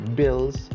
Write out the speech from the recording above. bills